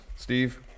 Steve